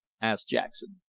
asked jackson.